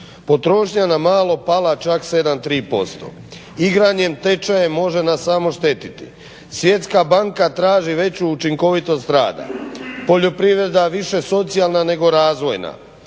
Potrošnja na malo pala čak 7,3%, igranjem tečajem može nam samo štetiti, Svjetska banka traži veću učinkovitost rada, poljoprivreda više socijalna nego razvojna,